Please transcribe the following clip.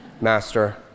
Master